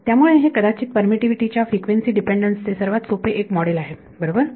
त्यामुळे हे कदाचित परमिटीव्हीटी च्या फ्रिक्वेन्सी डिपेंडंन्स चे सर्वात सोपे एक मॉडेल आहे बरोबर